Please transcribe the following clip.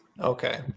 Okay